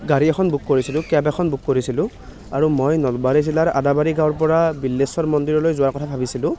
গাড়ী এখন বুক কৰিছিলো কেব এখন বুক কৰিছিলো আৰু মই নলবাৰী জিলাৰ আদাবাৰী গাঁৱৰ পৰা বিল্লেশ্বৰ মন্দিৰলৈ যোৱাৰ কথা ভাবিছিলো